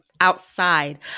outside